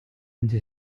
into